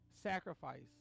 sacrifice